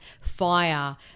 fire